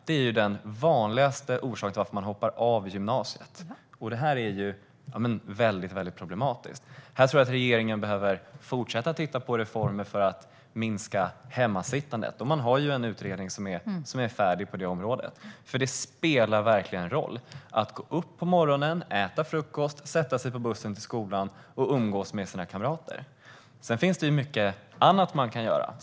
Det är den vanligaste orsaken till att man hoppar av gymnasiet, vilket är väldigt problematiskt. Jag tror att regeringen behöver fortsätta att titta på reformer för att minska hemmasittandet. Det finns en färdig utredning på området. Det spelar verkligen roll om man går upp på morgonen, äter frukost, sätter sig på bussen till skolan och umgås med sina kamrater. Det finns även mycket annat man kan göra.